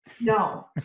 No